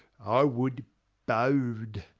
i would bode.